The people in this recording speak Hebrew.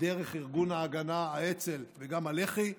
דרך ארגון ההגנה, האצ"ל וגם הלח"י,